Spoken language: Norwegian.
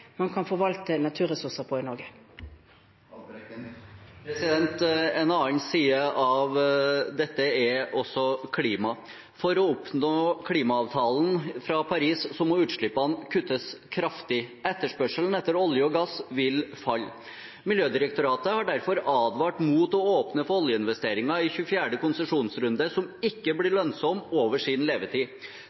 En annen side av dette er klimaet. For å oppfylle klimaavtalen fra Paris må utslippene kuttes kraftig. Etterspørselen etter olje og gass vil falle. Miljødirektoratet har derfor advart mot å åpne for oljeinvesteringer i 24. konsesjonsrunde som ikke blir lønnsomme over sin levetid.